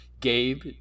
gabe